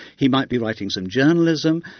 he might be writing some journalism,